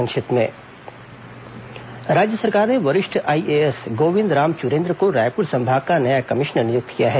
संक्षिप्त समाचार राज्य सरकार ने वरिष्ठ आईएएस गोविंद राम चुरेन्द्र को रायपुर संभाग का नया कमिश्नर नियुक्त किया है